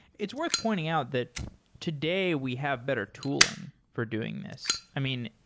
it's worth pointing out that today we have better tooling for doing this. i mean,